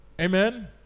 Amen